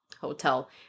hotel